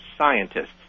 scientists